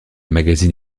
magazine